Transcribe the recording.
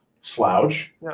slouch